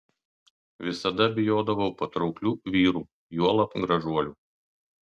visada bijodavau patrauklių vyrų juolab gražuolių